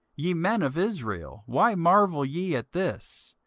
ye men of israel, why marvel ye at this?